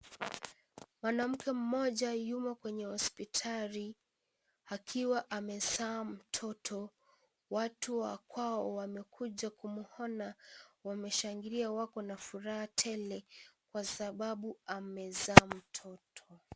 Mwanamke mmoja yumo kwenye hospitali, akiwa amezaa mtoto, watu wa kwao wamekuja kumuona, wameshangilia wako na furaha tele, kwa sababu amezaa mtoto.